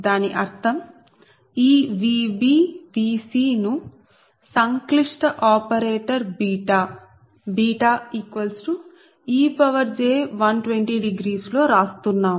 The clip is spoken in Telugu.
దాని అర్థం ఈ Vb Vc ను సంక్లిష్ట ఆపరేటర్ βej120 లో రాస్తున్నాము